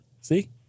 See